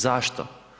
Zašto?